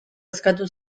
eskatu